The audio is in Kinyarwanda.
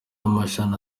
amashami